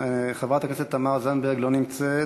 חברת הכנסת תמר זנדברג, לא נמצאת,